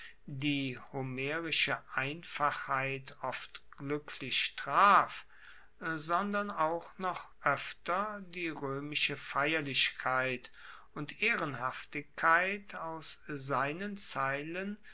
die homerische einfachheit oft gluecklich traf sondern auch noch oefter die roemische feierlichkeit und ehrenhaftigkeit aus seinen zeilen